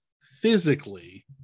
physically